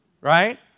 right